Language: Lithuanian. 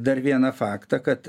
dar vieną faktą kad